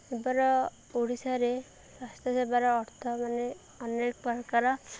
ଏବେର ଓଡ଼ିଶାରେ ସ୍ୱାସ୍ଥ୍ୟ ସେବାର ଅର୍ଥ ମାନେ ଅନେକ ପ୍ରକାର